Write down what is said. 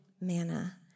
manna